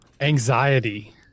anxiety